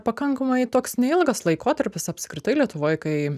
pakankamai toks neilgas laikotarpis apskritai lietuvoj kai